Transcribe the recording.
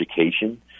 education